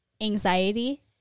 anxiety